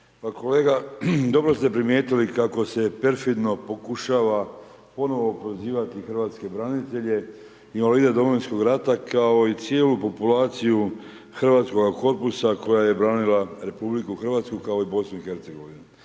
Kolega, dobro ste primijetili, kako se perfidno pokušava, ponovno prozivati hrvatske branitelje, invalide Domovinskog rata, kao i cijelu populaciju hrvatskoga …/Govornik se ne razumije./… koja je branila